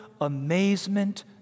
amazement